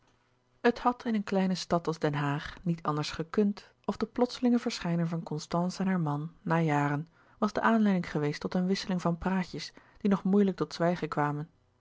het had in een kleine stad als den haag niet anders gekund of de plotselinge verschijning van constance en haar man na jaren was de aanleiding geweest tot een wisseling van praatjes die nog moeilijk tot zwijgen kwamen